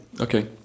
Okay